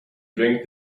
drink